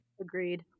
Agreed